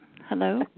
Hello